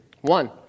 One